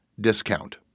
discount